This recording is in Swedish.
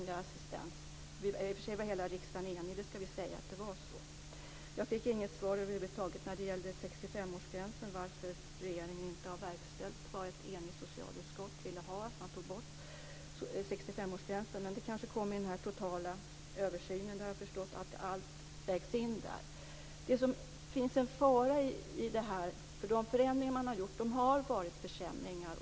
I och för sig var hela riksdagen enig, det skall vi säga. Så var det. Jag fick över huvud taget inte något svar när det gällde 65-årsgränsen. Frågan var varför regeringen inte har verkställt vad ett enigt socialutskott ville, att man tar bort 65-årsgränsen. Men det kanske kommer i den totala översynen. Jag har förstått att allt vägs in där. Det finns en fara i det här. De förändringar man har gjort har inneburit försämringar.